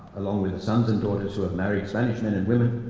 along with the sons and daughters who have married spanish men and women.